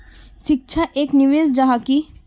शिक्षा एक निवेश जाहा की?